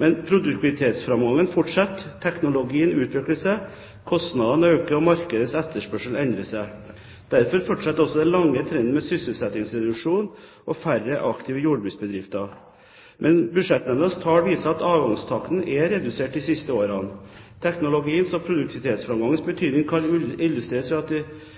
Men produktivitetsframgangen fortsetter, teknologien utvikler seg, kostnadene øker, og markedets etterspørsel endrer seg. Derfor fortsetter også den lange trenden med sysselsettingsreduksjon og færre aktive jordbruksbedrifter. Men Budsjettnemndas tall viser at avgangstakten er redusert de siste årene. Teknologiens og produktivitetsframgangens betydning kan illustreres ved at de